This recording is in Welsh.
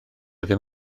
ddim